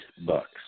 Bucks